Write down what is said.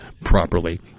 properly